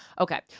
Okay